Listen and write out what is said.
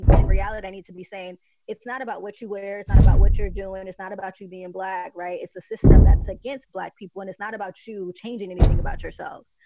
in and reality, i need to be saying it's not about what you wear is not about what you're guillain. and it's not about you being black. right. it's a system that's against black people. and it's not about you changing anything about yourself.